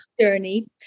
Journey